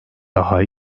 daha